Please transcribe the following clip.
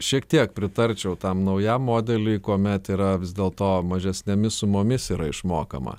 šiek tiek pritarčiau tam naujam modeliui kuomet yra vis dėlto mažesnėmis sumomis yra išmokama